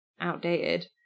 outdated